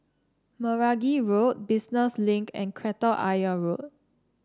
Meragi Road Business Link and Kreta Ayer Road